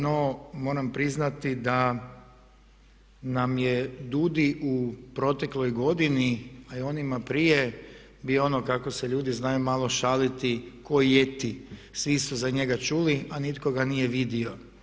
No, moram priznati da nam je DUUDI u protekloj godini, a i onima prije bi ono kako se ljudi znaju malo šaliti ko jeti, svi su za njega čuli, a nitko ga nije vidio.